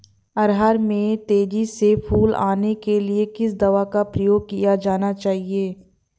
अरहर में तेजी से फूल आने के लिए किस दवा का प्रयोग किया जाना चाहिए?